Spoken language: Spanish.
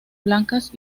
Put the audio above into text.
blancas